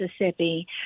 Mississippi